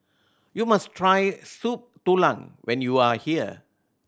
you must try Soup Tulang when you are here